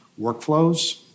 workflows